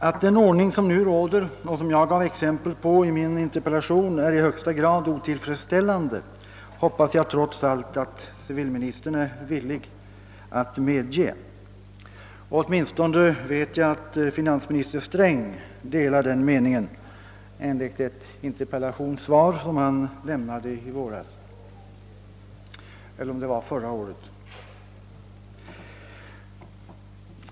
Att den ordning som nu råder och som jag givit exempel på i min interpellation är i högsta grad otillfredsställande hoppas jag trots allt att civilministern är villig medge. Åtminstone vet jag att finansminister Sträng finner den rådande ordningen otillfredsställande. Det framgick av ett interpellationssvar som han lämnade i våras — eller kanske var det förra året.